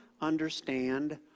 understand